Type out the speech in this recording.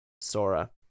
Sora